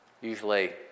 usually